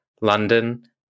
London